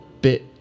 bit